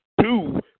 Two